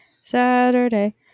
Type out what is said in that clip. Saturday